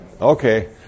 Okay